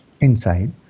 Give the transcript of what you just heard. inside